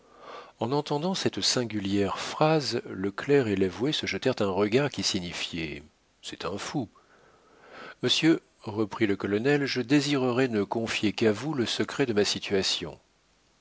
en entendant cette singulière phrase le clerc et l'avoué se jetèrent un regard qui signifiait c'est un fou monsieur reprit le colonel je désirerais ne confier qu'à vous le secret de ma situation